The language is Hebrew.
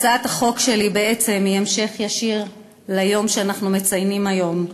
הצעת החוק שלי היא בעצם המשך ישיר ליום שאנחנו מציינים היום,